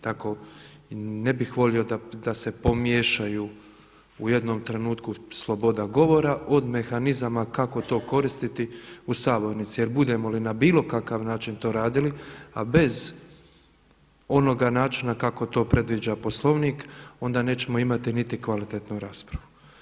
Tako ne bih volio da se pomiješaju u jednom trenutku sloboda govora od mehanizama kako to koristiti u sabornici jer budemo li na bilo kakav način to radili a bez onoga načina kako to predviđa Poslovnik onda nećemo imati ni kvalitetu raspravu.